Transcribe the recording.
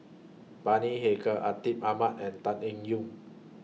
Bani Haykal Atin Amat and Tan Eng Yoon